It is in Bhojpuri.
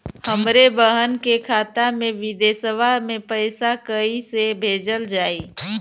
हमरे बहन के खाता मे विदेशवा मे पैसा कई से भेजल जाई?